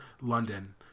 London